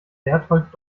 bertold